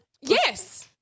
Yes